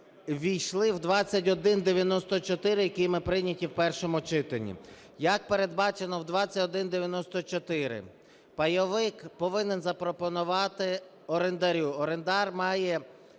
ввійшли в 2194, який ми прийняли в першому читанні. Як передбачено в 2194, пайовик повинен запропонувати орендарю, орендар має